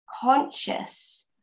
conscious